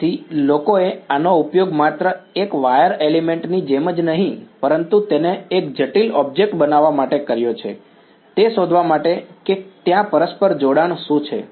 તેથી લોકોએ આનો ઉપયોગ માત્ર એક વાયર એલિમેન્ટની જેમ જ નહીં પરંતુ તેને એક જટિલ ઑબ્જેક્ટ બનાવવા માટે કર્યો છે તે શોધવા માટે કે ત્યાં પરસ્પર જોડાણ શું છે